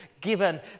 given